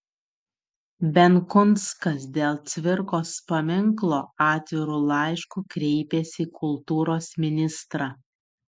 benkunskas dėl cvirkos paminklo atviru laišku kreipėsi į kultūros ministrą